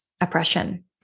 oppression